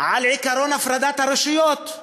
על עקרון הפרדת הרשויות.